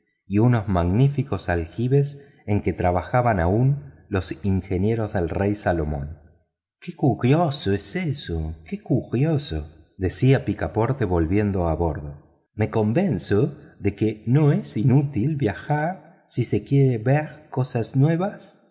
y unos magníficos aljibes en que trabajaron ya los ingenieros del rey salomón qué curioso es eso qué curioso decía picaporte volviendo a bordo me convenzo de que no es inútil viajar si se quieren ver cosas nuevas